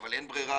אבל אין ברירה,